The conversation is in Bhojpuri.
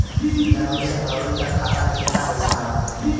जनवरी से फरवरी तक खाता में कितना पईसा रहल?